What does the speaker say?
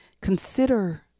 Consider